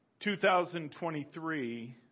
2023